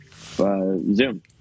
Zoom